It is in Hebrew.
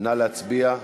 נא להצביע.